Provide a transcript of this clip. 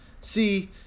See